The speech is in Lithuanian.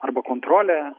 arba kontrolė